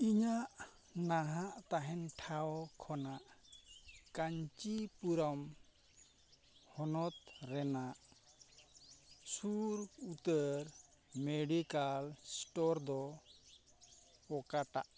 ᱤᱧᱟᱹᱜ ᱱᱟᱦᱟᱜ ᱛᱟᱦᱮᱱ ᱴᱷᱟᱶ ᱠᱷᱚᱱᱟᱜ ᱠᱟᱧᱪᱤᱯᱩᱨᱚᱢ ᱦᱚᱱᱚᱛ ᱨᱮᱱᱟᱜ ᱥᱩᱨ ᱩᱛᱟᱹᱨ ᱢᱮᱰᱤᱠᱮᱞ ᱥᱴᱳᱨ ᱫᱚ ᱚᱠᱟᱴᱟᱜ